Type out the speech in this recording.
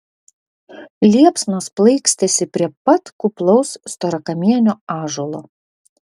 liepsnos plaikstėsi prie pat kuplaus storakamienio ąžuolo